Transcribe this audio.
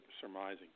surmising